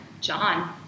John